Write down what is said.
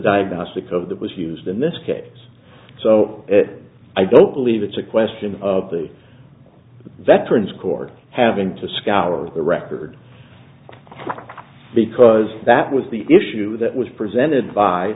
diagnostic of that was used in this case so it i don't believe it's a question of the veterans court having to scour the record because that was the issue that was presented by